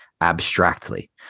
abstractly